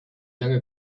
lange